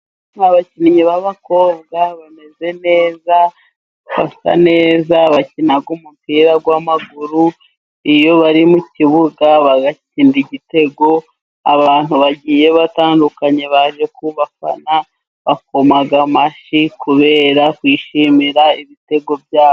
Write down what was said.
Abakinnyi b'abakobwa bameze neza basa neza, bakina umupira w'amaguru, iyo bari mu kibuga bagatsinda igitego, abantu bagiye batandukanye baje kubafana bakoma amashyi kubera kwishimira ibitego byabo.